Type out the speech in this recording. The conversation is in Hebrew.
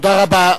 תודה רבה.